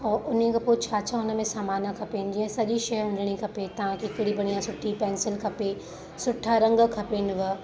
और उन खां पो छा छा हुनमें सामान खपनि जीअं सॼी शइ हुजणी खपे तव्हां खे हिकिड़ी बढ़िया सुठी पेंसिल खपे सुठा रंगु खपेनि